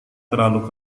terlalu